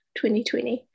2020